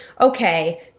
okay